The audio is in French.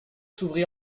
s’ouvrit